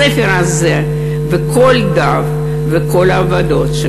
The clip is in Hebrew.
הספר הזה וכל דף בו וכל העבודות של